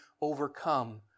overcome